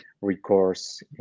recourse